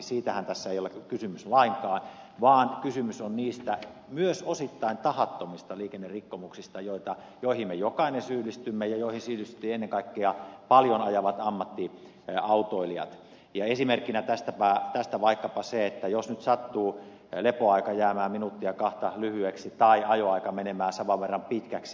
siitähän tässä ei ole kysymys lainkaan vaan kysymys on niistä myös osittain tahattomista liikennerikkomuksista joihin meistä jokainen syyllistyy ja joihin syyllistyvät ennen kaikkea paljon ajavat ammattiautoilijat esimerkkinä tästä vaikkapa se että sattuu lepoaika jäämään minuuttia kahta liian lyhyeksi tai ajoaika menemään saman verran pitkäksi